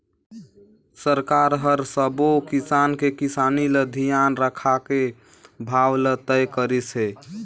सरकार हर सबो किसान के किसानी ल धियान राखके भाव ल तय करिस हे